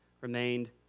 remained